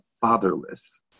fatherless